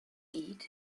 eat